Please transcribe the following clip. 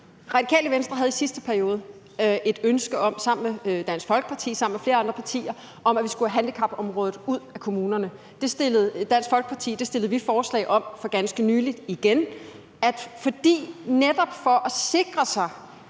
Radikale Venstre havde i sidste periode et ønske om sammen med Dansk Folkeparti og flere andre partier, at vi skulle have handicapområdet ud af kommunerne. Det fremsatte Dansk Folkeparti forslag om for ganske nylig igen, og det var netop for at sikre,